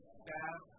staff